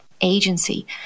Agency